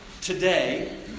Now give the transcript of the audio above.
today